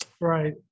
Right